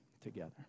together